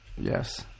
Yes